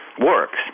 works